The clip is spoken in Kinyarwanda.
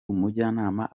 umujyana